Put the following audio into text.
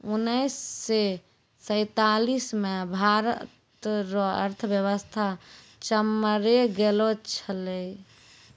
उनैस से सैंतालीस मे भारत रो अर्थव्यवस्था चरमरै गेलो छेलै